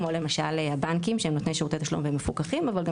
כמו למשל הבנקים שהם נותני שירותים תשלום והם מפוקחים אבל כל